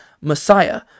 messiah